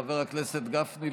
חבר הכנסת גפני,